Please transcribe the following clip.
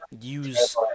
use